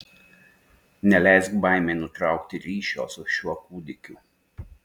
neleisk baimei nutraukti ryšio su šiuo kūdikiu